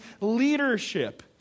leadership